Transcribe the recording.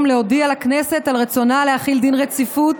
להודיע לכנסת על רצונה להחיל דין רציפות